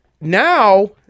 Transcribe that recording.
Now